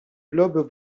lobes